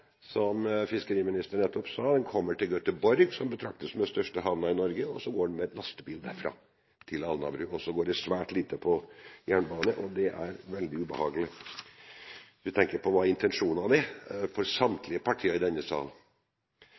som fiskeriministeren nettopp sa, kommer til Göteborg, som betraktes som den største havnen i Norge, og så går det med lastebil derfra til Alnabru. Det går svært lite på jernbane, og det er veldig ubehagelig når vi tenker på hva slags intensjoner samtlige partier i denne sal